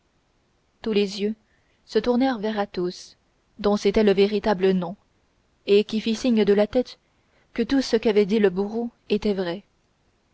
tous les yeux se tournèrent vers athos dont c'était le véritable nom et qui fit signe de la tête que tout ce qu'avait dit le bourreau était vrai